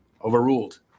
Overruled